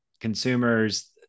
consumers